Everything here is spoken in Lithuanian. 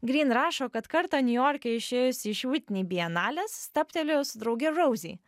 gryn rašo kad kartą niujorke išėjusi iš vitnei bienalės stabtelėjo su drauge rouzi